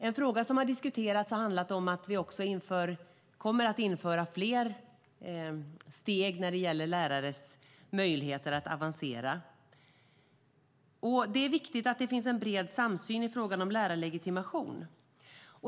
En fråga som har diskuterats handlar om att vi också kommer att införa fler steg när det gäller lärares möjlighet att avancera. Det är viktigt att det finns en bred samsyn i frågan om lärarlegitimation.